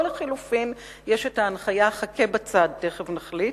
או לחלופין יש הנחיה: חכה בצד, תיכף נחליט.